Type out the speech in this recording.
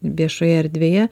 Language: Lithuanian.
viešoje erdvėje